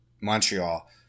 Montreal –